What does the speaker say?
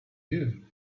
you